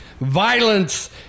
violence